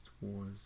wars